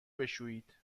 بشویید